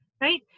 right